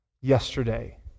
yesterday